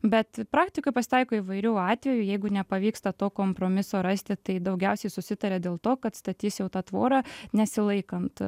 bet praktikoj pasitaiko įvairių atvejų jeigu nepavyksta to kompromiso rasti tai daugiausiai susitaria dėl to kad statys jau tą tvorą nesilaikant